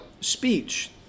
speech